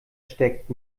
steckt